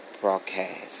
broadcast